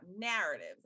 narratives